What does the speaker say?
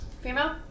female